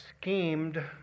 schemed